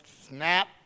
snap